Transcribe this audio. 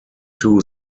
two